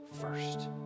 first